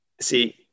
see